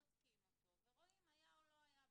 בודקים אותו ורואים, היה או לא היה.